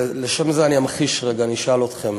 לשם זה אני אמחיש רגע, אני אשאל אתכם,